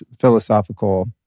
philosophical